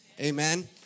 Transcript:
amen